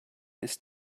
ist